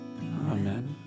Amen